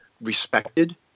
respected